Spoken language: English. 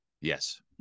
Yes